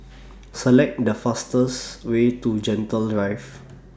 Select The fastest Way to Gentle Drive